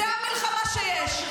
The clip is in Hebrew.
זו המלחמה שיש.